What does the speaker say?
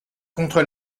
contre